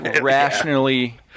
rationally